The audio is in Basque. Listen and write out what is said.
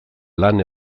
lan